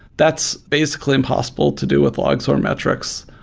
that's basically impossible to do with logs or and metrics,